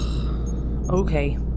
Okay